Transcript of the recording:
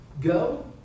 go